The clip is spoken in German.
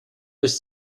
bis